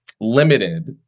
limited